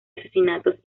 asesinatos